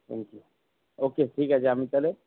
thank you okay ঠিক আছে আমি তাহলে